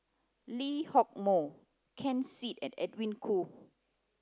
Lee Hock Moh Ken Seet and Edwin Koo